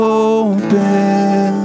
open